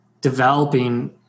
developing